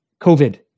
COVID